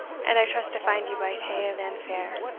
and i trust to find ye baith haill and fere.